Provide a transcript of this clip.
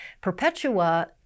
Perpetua